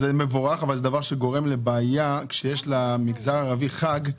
זה דבר שגורם לבעיה, כי כשיש למגזר הערבי חג,